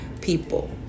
people